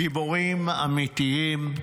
גיבורים אמיתיים.